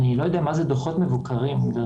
אני לא יודע מה זה דוחות מבוקרים, גברתי.